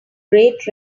great